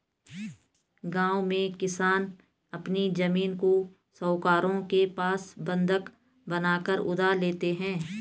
गांव में किसान अपनी जमीन को साहूकारों के पास बंधक बनाकर उधार लेते हैं